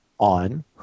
on